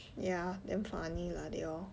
ya damn funny lah they all